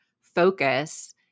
focus